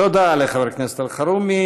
תודה לחבר הכנסת אלחרומי.